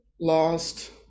lost